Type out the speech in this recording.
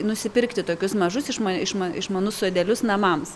nusipirkti tokius mažus išma išma išmanus sodelius namams